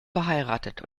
verheiratet